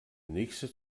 nächste